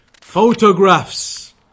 photographs